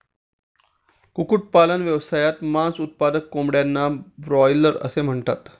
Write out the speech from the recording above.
कुक्कुटपालन व्यवसायात, मांस उत्पादक कोंबड्यांना ब्रॉयलर म्हणतात